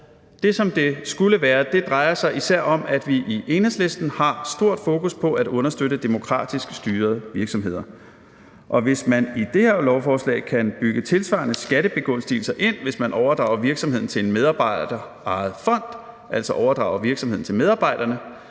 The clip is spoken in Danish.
Det, som det skulle være, drejer sig især om, at vi i Enhedslisten har et stort fokus på at understøtte demokratisk styrede virksomheder, og hvis man i det her lovforslag kan bygge tilsvarende skattebegunstigelser ind, hvis man overdrager virksomheden til en medarbejderejet fond, altså overdrager virksomheden til medarbejderne,